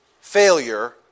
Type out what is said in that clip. failure